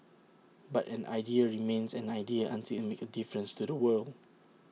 but an idea remains an idea until IT makes A difference to the world